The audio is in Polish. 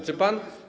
Czy pan.